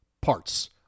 parts